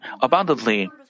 abundantly